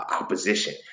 opposition